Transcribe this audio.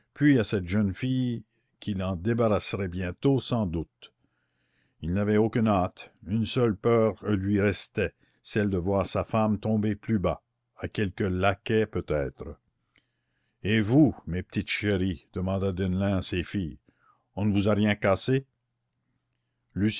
à cette jeune fille qui l'en débarrasserait bientôt sans doute il n'avait aucune hâte une seule peur lui restait celle de voir sa femme tomber plus bas à quelque laquais peut-être et vous mes petites chéries demanda deneulin à ses filles on ne vous a rien cassé